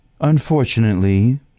Unfortunately